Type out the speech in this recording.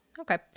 Okay